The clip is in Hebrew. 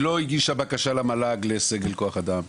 היא לא הגישה בקשה למל"ג לסגל כוח אדם.